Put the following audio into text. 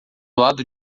lado